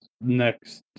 next